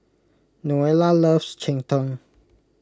Noelia loves Cheng Tng